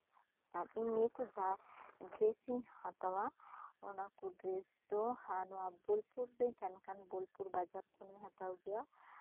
ᱟᱨ ᱤᱧ ᱱᱤᱭᱟᱹ ᱠᱚ ᱡᱟᱦᱟᱸ ᱰᱨᱮᱥᱤᱧ ᱦᱟᱛᱟᱣᱟ ᱚᱱᱟ ᱠᱚ ᱰᱨᱮᱥ ᱫᱚ ᱦᱟᱱᱟ ᱵᱳᱞᱯᱩᱨ ᱨᱤᱧ ᱛᱟᱦᱮᱱ ᱠᱷᱟᱱ ᱵᱳᱞᱯᱩᱨ ᱵᱟᱡᱟᱨ ᱠᱷᱚᱱ ᱦᱚᱧ ᱦᱟᱛᱟᱣ ᱜᱮᱭᱟ